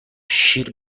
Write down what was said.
شیر